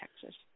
Texas